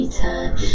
time